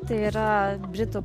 tai yra britų